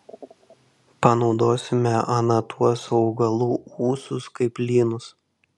panaudosime ana tuos augalų ūsus kaip lynus